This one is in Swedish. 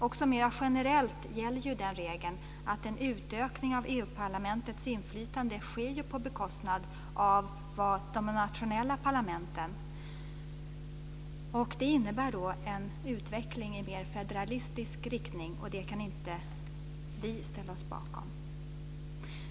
Också mera generellt gäller ju den regeln att en utökning av Europaparlamentets inflytande sker på bekostnad av de nationella parlamenten. Det innebär en utveckling i mer federalistisk riktning, och det kan vi inte ställa oss bakom.